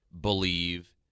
believe